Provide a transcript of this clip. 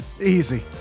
Easy